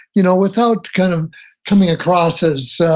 you know without kind of coming across as,